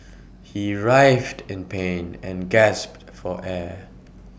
he writhed in pain and gasped for air